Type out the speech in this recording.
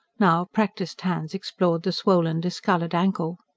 now, practised hands explored the swollen, discoloured ankle.